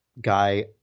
guy